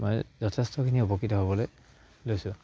মই যথেষ্টখিনি উপকৃত হ'বলৈ লৈছোঁ